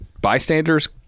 bystanders